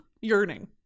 yearning